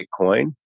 Bitcoin